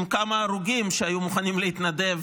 עם כמה הרוגים שהיו מוכנים להתנדב